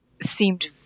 seemed